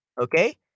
Okay